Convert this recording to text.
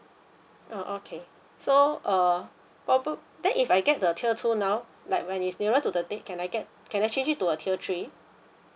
oh okay so err probab~ then if I get the tier two now like when it's nearer to the date can I get can I change it to a tier three